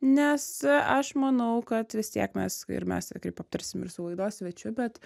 nes aš manau kad vis tiek mes ir mes tikrai aptarsim ir su laidos svečiu bet